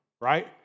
right